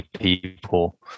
people